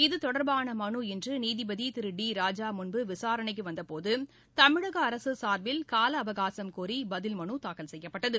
இதுதொடர்பான மலு இன்று நீதிபதி திரு டி ராஜா முன்பு விசாரணைக்கு வந்தபோது தமிழக அரசு சார்பில் கால அவகாசும் கோரி பதில் மனு தாக்கல் செய்யப்பட்டது